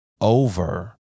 over